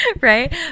Right